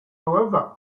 however